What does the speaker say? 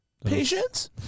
Patience